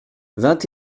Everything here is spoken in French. vingt